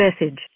message